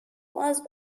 was